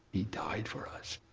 he died for us,